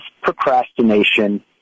procrastination